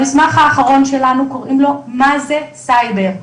המסמך האחרון שלנו נקרא מה זה סייבר,